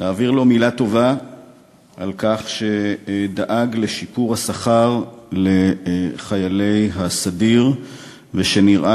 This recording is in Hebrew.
להעביר לו מילה טובה על כך שדאג לשיפור השכר של חיילי הסדיר ושנראה